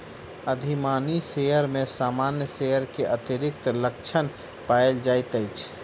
अधिमानी शेयर में सामान्य शेयर के अतिरिक्त लक्षण पायल जाइत अछि